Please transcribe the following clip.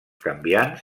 canviants